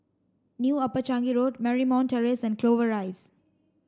New Upper Changi Road Marymount Terrace and Clover Rise